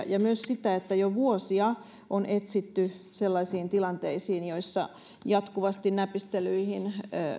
ja myös sitä että jo vuosia on etsitty sellaisiin tilanteisiin joissa jatkuvasti näpistelyihin